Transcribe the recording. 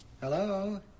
Hello